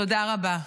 תודה רבה.